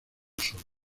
solo